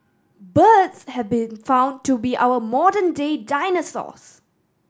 birds have been found to be our modern day dinosaurs